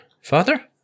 father